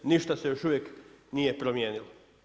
Ništa se još uvijek nije promijenilo.